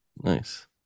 Nice